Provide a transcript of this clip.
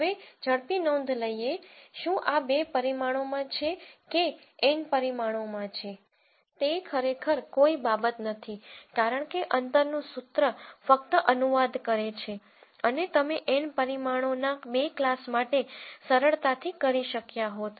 હવે ઝડપી નોંધ લઈએ શું આ બે પરિમાણોમાં છે કે N પરિમાણોમાં છે તે ખરેખર કોઈ બાબત નથી કારણ કે અંતરનું સૂત્ર ફક્ત અનુવાદ કરે છે અને તમે N પરિમાણોના બે ક્લાસ માટે સરળતાથી કરી શક્યા હોત